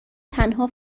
تنها